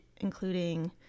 including